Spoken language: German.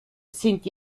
sind